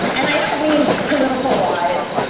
and i don't mean political lies.